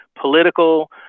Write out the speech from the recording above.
political